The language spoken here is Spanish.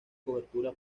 cobertura